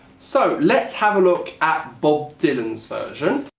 so let's have a look at bob dylan's version.